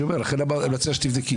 לכן אני אומר אני מציע שתבדקי.